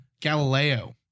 Galileo